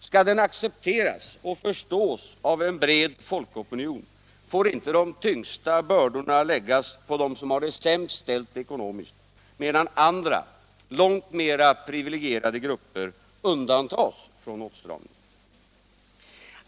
Skall den accepteras och förstås av breda folklager får inte de tyngsta bördorna läggas på dem som har det sämst ekonomiskt, medan andra, långt mera privilegierade grupper undantas från åtstramningen.